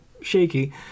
shaky